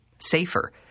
safer